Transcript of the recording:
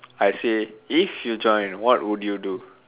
I say if you join what would you do